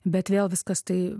bet vėl viskas tai